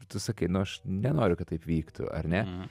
tu sakai nu aš nenoriu kad taip vyktų ar ne